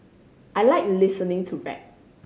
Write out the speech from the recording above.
I like listening to rap